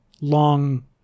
long